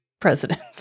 President